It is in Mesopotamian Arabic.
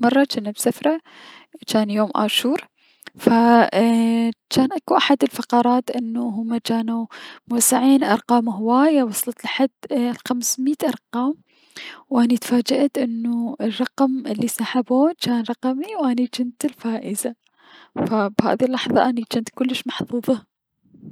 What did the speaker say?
مرة جنا بسفرة ف جان يوم اشور ف اي جان اكو احد الفقرات جانو موزعين ارقام هواية جانت وصلت لحد الخمسميت ارقام و اني تفاجأت انو الرقم الي سحبوه جان رقمي و اني جنت الفائزة فبهذا اليوم اني جنت كلش محظوظة.